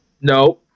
no